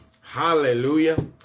Hallelujah